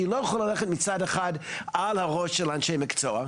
שהיא לא יכולה ללכת מצד אחד על הראש של אנשי המקצוע,